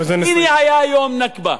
הנה, היה יום הנכבה,